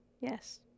Yes